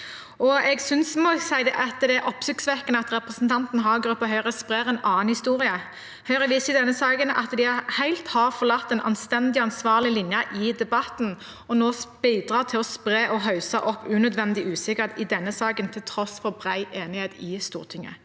Jeg må si jeg synes det er oppsiktsvekkende at representanten Hagerup og Høyre sprer en annen historie. Høyre viser i denne saken at de helt har forlatt en anstendig og ansvarlig linje i debatten, og nå bidrar til å spre og hausse opp unødvendig usikkerhet i denne saken, til tross for bred enighet i Stortinget